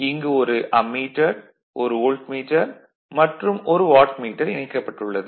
இங்கு ஒரு அம்மீட்டர் ஒரு வோல்ட்மீட்டர் மற்றும் ஒரு வாட்மீட்டர் இணைக்கப்பட்டு உள்ளளது